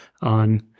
on